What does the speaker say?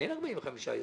אין 45 ימים.